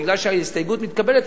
בגלל שההסתייגות מתקבלת,